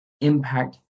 impact